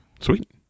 Sweet